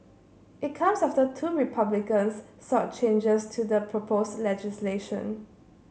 it comes after two Republicans sought changes to the proposed legislation